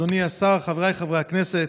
אדוני השר, חבריי חברי הכנסת,